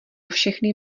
všechny